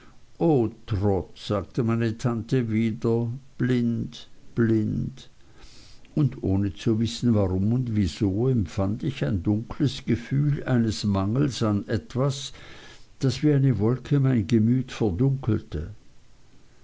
trot sagte meine tante wieder blind blind und ohne zu wissen warum und wieso empfand ich ein dunkles gefühl eines mangels an etwas das wie eine wolke mein gemüt verdunkelte